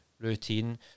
routine